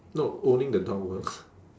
no owning the dog works